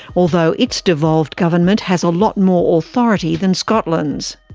although its devolved government has a lot more authority than scotland's.